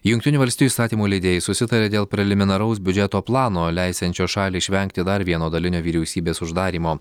jungtinių valstijų įstatymų leidėjai susitarė dėl preliminaraus biudžeto plano leisiančio šaliai išvengti dar vieno dalinio vyriausybės uždarymo